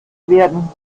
werden